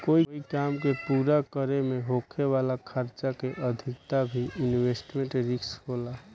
कोई काम के पूरा करे में होखे वाला खर्चा के अधिकता भी इन्वेस्टमेंट रिस्क होला